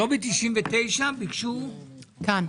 תודה רבה.